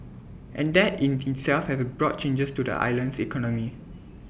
and that in itself has brought changes to the island's economy